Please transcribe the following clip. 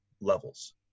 levels